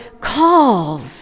calls